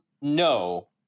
no